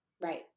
right